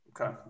Okay